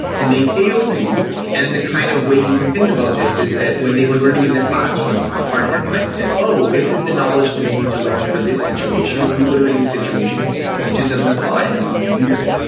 and they fail to and the kind of way you can think about this is that when they were learning in the classroom a part of their mindset, oh, this is the knowledge that i need to learn for this situation, and when you go to a new situation it just doesn't apply. i don't need to use it.